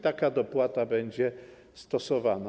Taka dopłata będzie stosowana.